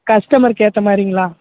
கஸ்டமருக்கு ஏற்ற மாதிரிங்களா